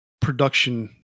production